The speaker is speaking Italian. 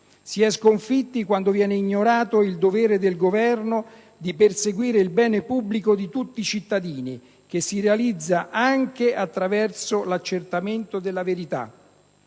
si è sconfitti quando viene ignorato il dovere del Governo di perseguire il bene pubblico di tutti i cittadini, che si realizza anche attraverso l'accertamento della verità;